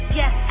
yes